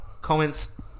comments